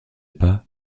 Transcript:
pas